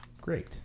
great